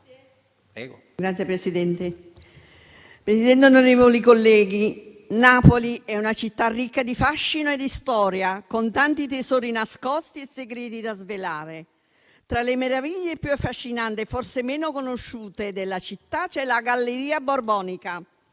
*(M5S)*. Signor Presidente, onorevoli colleghi, Napoli è una città ricca di fascino e di storia, con tanti tesori nascosti e segreti da svelare. Tra le meraviglie più affascinanti e forse meno conosciute della città c'è la Galleria borbonica,